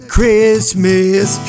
Christmas